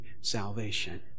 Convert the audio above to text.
salvation